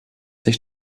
sich